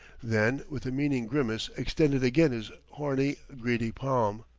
then with a meaning grimace extended again his horny, greedy palm.